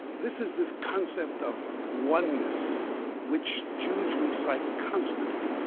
this is this concept of oneness which jews recite constantly.